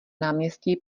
náměstí